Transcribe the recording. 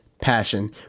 passion